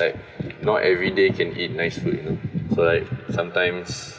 like not everyday can eat nice food you know so like sometimes